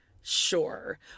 Sure